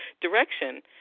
direction